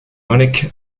munich